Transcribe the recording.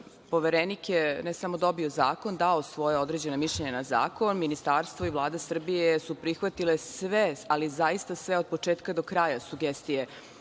Poverenik je, ne samo dobio zakon, dao svoje određeno mišljenje na zakon, Ministarstvo i Vlada Srbije su prihvatile sve, ali zaista sve, od početka do kraja, sugestije